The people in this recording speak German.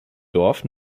dorf